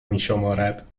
میشمارد